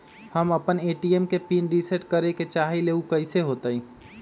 हम अपना ए.टी.एम के पिन रिसेट करे के चाहईले उ कईसे होतई?